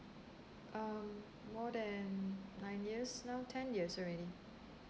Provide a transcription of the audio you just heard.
um more than nine years now ten years already